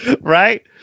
Right